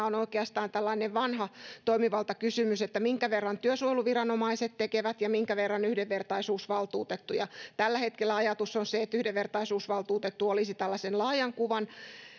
on oikeastaan tällainen vanha toimivaltakysymys että minkä verran työsuojeluviranomaiset tekevät ja minkä verran yhdenvertaisuusvaltuutettu tekee tällä hetkellä ajatus on se että yhdenvertaisuusvaltuutettu olisi tällaisen laajan kuvan